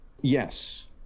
Yes